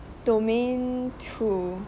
domain two